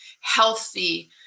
healthy